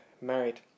married